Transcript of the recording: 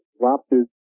lobsters